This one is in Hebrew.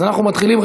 אז אנחנו מתחילים,